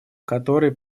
которые